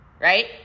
right